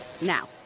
now